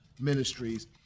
ministries